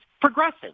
progressive